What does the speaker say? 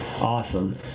awesome